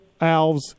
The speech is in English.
Alves